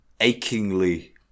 achingly